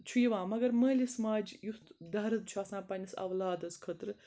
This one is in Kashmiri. چھُ یِوان مگر مٲلِس ماجہِ یُتھ درد چھُ آسان پَنٛنِس اولادَس خٲطرٕ